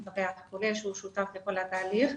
מפקח כולל שהוא שותף לכל התהליך.